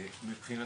מבחינתנו,